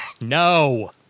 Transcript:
No